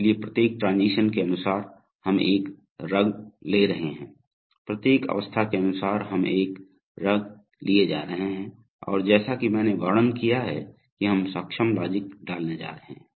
इसलिए प्रत्येक ट्रांजीशन के अनुसार हम एक रँग ले रहे हैं प्रत्येक अवस्था के अनुसार हम एक रँग लिए जा रहे हैं और जैसा कि मैंने वर्णन किया है कि हम सक्षम लॉगिक्स डालने जा रहे हैं